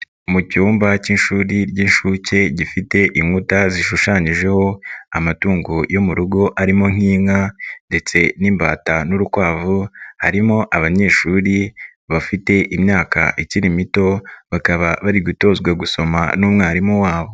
Mu cyumba k'ishuri ry'inshuke gifite inkuta zishushanyijeho amatungo yo mu rugo arimo nk'inka ndetse n'imbata n'urukwavu, harimo abanyeshuri bafite imyaka ikiri mito bakaba bari gutozwa gusoma n'umwarimu wabo.